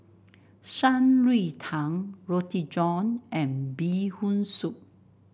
Shan Rui Tang Roti John and Bee Hoon Soup